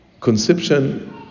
Conception